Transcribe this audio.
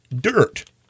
dirt